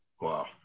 wow